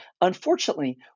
unfortunately